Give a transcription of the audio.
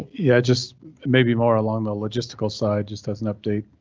yeah, just maybe more along the logistical side just doesn't update